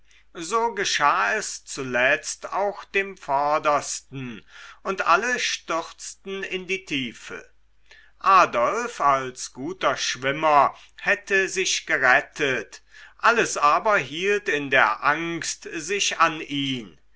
so geschah es zuletzt auch dem vordersten und alle stürzten in die tiefe adolf als guter schwimmer hätte sich gerettet alles aber hielt in der angst sich an ihn